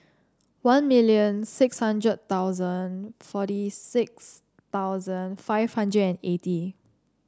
one million six hundred thousand forty six thousand five hundred and eighty